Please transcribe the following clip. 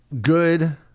good